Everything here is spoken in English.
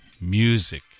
music